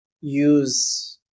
use